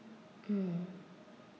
mm